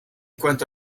cuánto